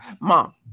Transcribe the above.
Mom